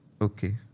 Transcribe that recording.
Okay